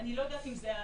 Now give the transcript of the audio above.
אני לא יודעת אם זה,